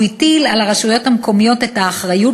והטיל על הרשויות המקומיות את האחריות